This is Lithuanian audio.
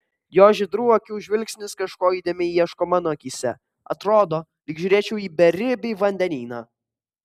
jo žydrų akių žvilgsnis kažko įdėmiai ieško mano akyse atrodo lyg žiūrėčiau į beribį vandenyną